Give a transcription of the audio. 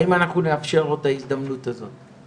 האם אנחנו נאפשר לו את ההזדמנות הזאת?